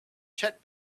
chet